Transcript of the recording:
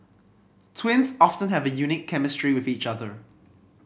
twins often have a unique chemistry with each other